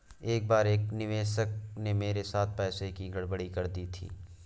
एक बार एक निवेशक ने मेरे साथ पैसों की गड़बड़ी कर दी थी